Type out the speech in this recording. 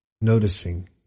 noticing